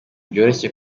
byoroshye